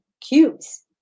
cubes